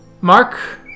Mark